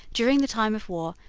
during the time of war,